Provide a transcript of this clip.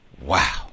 wow